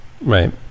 Right